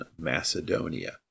Macedonia